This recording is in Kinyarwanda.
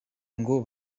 ngo